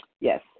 Yes